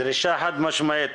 דרישה חד משמעית.